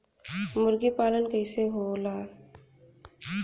मुर्गी पालन कैसे होला?